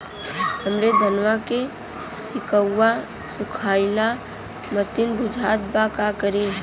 हमरे धनवा के सीक्कउआ सुखइला मतीन बुझात बा का करीं?